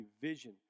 vision